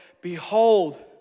behold